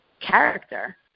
character